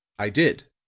i did.